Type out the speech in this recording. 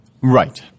right